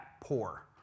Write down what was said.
poor